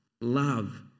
love